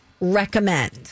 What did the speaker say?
recommend